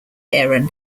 aaron